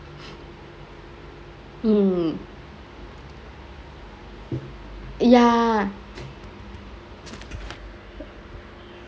mm ya